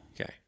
Okay